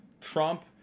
Trump